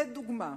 לדוגמה,